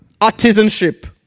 artisanship